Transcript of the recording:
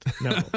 No